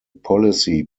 policy